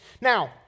Now